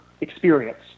experience